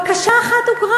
בקשה אחת הוכרה.